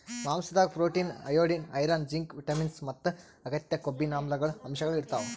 ಮಾಂಸಾದಾಗ್ protein, iodine, iron, zinc, vitamins ಮತ್ತ್ ಅಗತ್ಯ ಕೊಬ್ಬಿನಾಮ್ಲಗಳ್ ಅಂಶಗಳ್ ಇರ್ತವ್